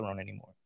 anymore